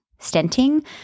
stenting